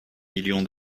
million